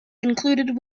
included